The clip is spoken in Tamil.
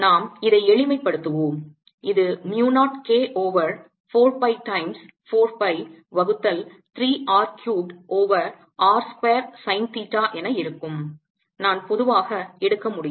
நாம் இதை எளிமைப்படுத்துவோம் இது mu 0 K over 4 pi times 4 pi வகுத்தல் 3 R cubed over r square sine theta என இருக்கும் நான் பொதுவாக எடுக்க முடியும்